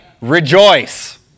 rejoice